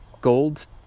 gold